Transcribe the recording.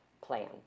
plan